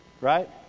Right